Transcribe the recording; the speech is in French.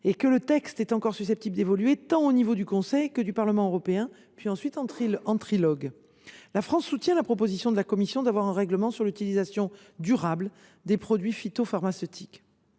de règlement est donc encore susceptible d’évoluer, tant au niveau du Conseil que du Parlement européen, puis en trilogue. La France soutient la proposition de la Commission d’avoir un règlement sur l’utilisation durable des produits phytopharmaceutiques.